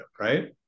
right